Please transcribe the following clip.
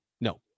No